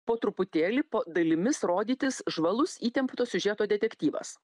po truputėlį po dalimis rodytis žvalus įtempto siužeto detektyvas